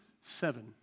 Seven